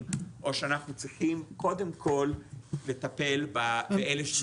או שאנחנו צריכים קודם כל לטפל באלה שנשארו מאחור.